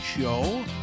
Show